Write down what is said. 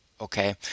okay